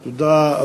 בבקשה.